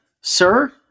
Sir